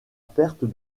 perte